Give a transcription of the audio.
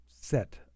set